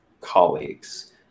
colleagues